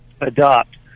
adopt